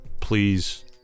Please